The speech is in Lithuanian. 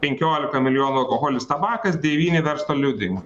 penkiolika milijonų alkoholis tabakas devyni verslo liudijimui